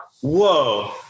Whoa